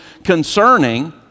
Concerning